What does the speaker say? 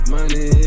Money